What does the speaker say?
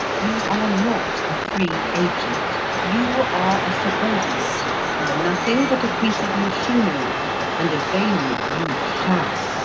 you are not a free agent you are a subordinate you are nothing but a piece of machinery and obey me you shall.